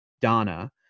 Donna